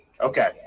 Okay